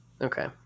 Okay